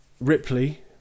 Ripley